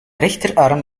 rechterarm